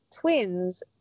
twins